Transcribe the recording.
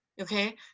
okay